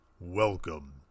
Welcome